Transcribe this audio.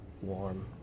warm